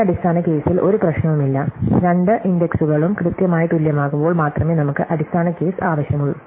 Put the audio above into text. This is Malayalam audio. ഈ അടിസ്ഥാന കേസിൽ ഒരു പ്രശ്നവുമില്ല രണ്ട് ഇന്ടെക്സുകളും കൃത്യമായി തുല്യമാകുമ്പോൾ മാത്രമേ നമുക്ക് അടിസ്ഥാന കേസ് ആവശ്യമുള്ളൂ